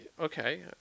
okay